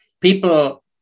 people